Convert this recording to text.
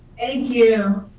thank you.